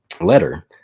letter